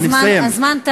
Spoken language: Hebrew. הזמן תם.